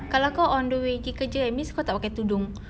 kalau kau on the way kerja that means kau tak pakai tudung